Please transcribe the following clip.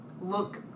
look